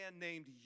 named